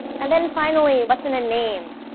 and then finally what's in a name?